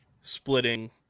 splitting